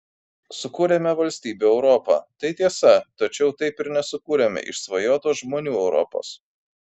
sukūrėme valstybių europą tai tiesa tačiau taip ir nesukūrėme išsvajotos žmonių europos